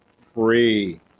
free